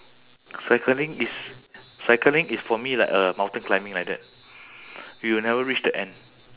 cycling is cycling is for me like uh mountain climbing like that you will never reach the end